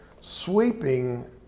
sweeping